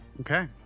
Okay